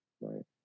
right